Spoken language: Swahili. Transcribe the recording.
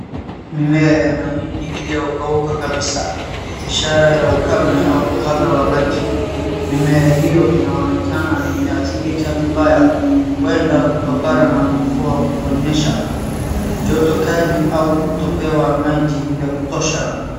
Mimea ya mahindi iliyokauka kabisa, ishara ya ukame au uhaba wa maji. Mimea hiyo inaonekana imehathirika vibaya, huenda kutokana na mvua kutonyesha, joto kali au kutopewa maji ya kutosha.